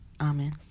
Amen